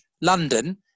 London